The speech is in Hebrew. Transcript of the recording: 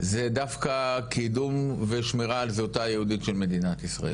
זה דווקא קידום ושמירה על זהותה היהודית של מדינת ישראל